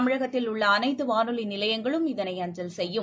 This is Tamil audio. தமிழகத்தில் உள்ள அளைத்து வானொலி நிலையங்களும் இதனை அஞ்சல் செய்யும்